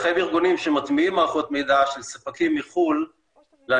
לחייב ארגונים שמטמיעים מערכות מידע של ספקים מחו"ל להנגיש